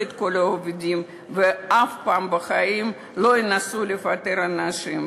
את כל העובדים ואף פעם בחיים לא ינסו לפטר אנשים.